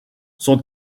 son